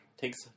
takes